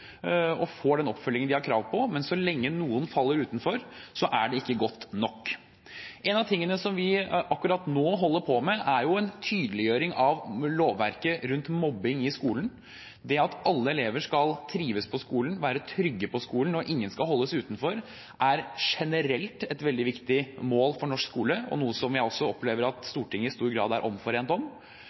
og at de får den oppfølgingen de har krav på. Men så lenge noen faller utenfor, er det ikke godt nok. En av tingene som vi akkurat nå holder på med, er en tydeliggjøring av lovverket rundt mobbing i skolen. At alle elever skal trives på skolen, være trygge på skolen, og at ingen skal holdes utenfor, er generelt et veldig viktig mål for norsk skole, noe jeg opplever at Stortinget i stor grad er enig om.